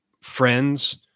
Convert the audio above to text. friends